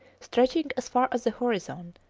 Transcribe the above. stretching as far as the horizon,